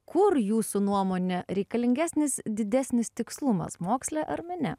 kur jūsų nuomone reikalingesnis didesnis tikslumas moksle ar mene